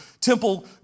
temple